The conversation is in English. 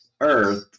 earth